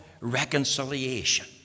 reconciliation